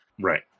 Right